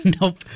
Nope